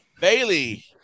Bailey